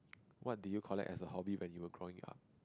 what did you collect as a hobby when you were growing up